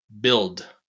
Build